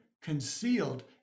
concealed